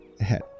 ahead